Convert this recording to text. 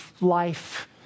life